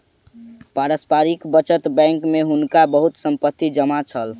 पारस्परिक बचत बैंक में हुनका बहुत संपत्ति जमा छल